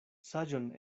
saĝon